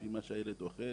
לפי מה שהילד אוכל,